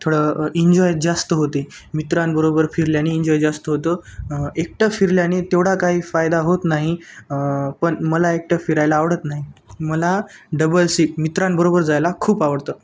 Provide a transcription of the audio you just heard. थोडं इंजॉय जास्त होते मित्रांबरोबर फिरल्याने इन्जॉय जास्त होतं एकटं फिरल्याने तेवढा काही फायदा होत नाही पण मला एकटं फिरायला आवडत नाही मला डबल सीट मित्रांबरोबर जायला खूप आवडतं